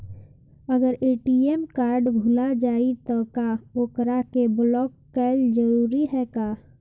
अगर ATM card भूला जाए त का ओकरा के बलौक कैल जरूरी है का?